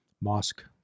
mosque